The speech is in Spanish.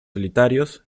solitarios